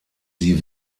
sie